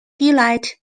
gillett